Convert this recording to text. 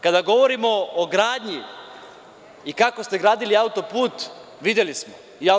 Kada govorimo o gradnji i kako ste gradili autoput, videli smo.